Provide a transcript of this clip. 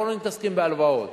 אנחנו לא מתעסקים בהלוואות.